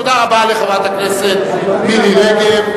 תודה לחברת הכנסת מירי רגב.